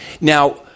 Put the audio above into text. Now